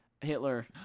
Hitler